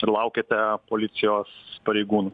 ir laukiate policijos pareigūnų